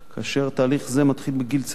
כאשר תהליך זה מתחיל בגיל צעיר,